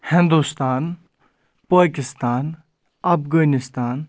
Hindustan Pakistan Afghanistan